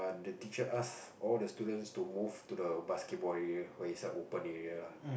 the teacher ask all the students to move to the basketball area but it's a open area lah